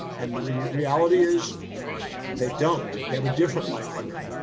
and the reality is they don't, they have a different life than them.